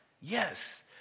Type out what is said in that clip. yes